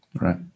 Right